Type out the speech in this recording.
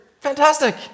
fantastic